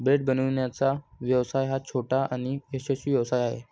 bread बनवण्याचा व्यवसाय हा छोटा आणि यशस्वी व्यवसाय आहे